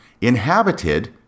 inhabited